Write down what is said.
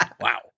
Wow